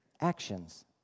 actions